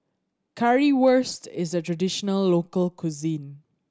currywurst is a traditional local cuisine